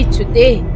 today